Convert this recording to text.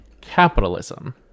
Capitalism